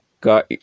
got